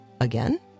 again